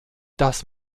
das